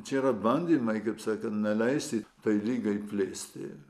čia yra bandymai kaip sakant neleisi tai ligai plisti